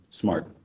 smart